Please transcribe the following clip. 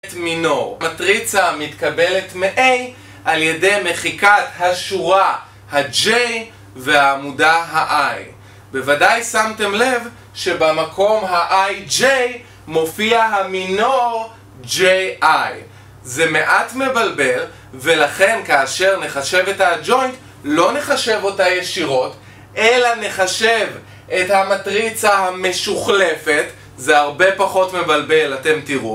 מטריצה מתקבלת מ-a על ידי מחיקת השורה ה-j והעמודה ה-i. בוודאי שמתם לב שבמקום ה-i,j מופיע המינור j,i. זה מעט מבלבל, ולכן כאשר נחשב את ה-adjoint, לא נחשב אותה ישירות אלא נחשב את המטריצה המשוחלפת. זה הרבה פחות מבלבל אתם תראו